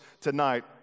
tonight